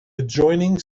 adjoining